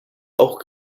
auch